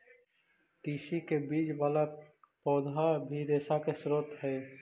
तिस्सी के बीज वाला पौधा भी रेशा के स्रोत हई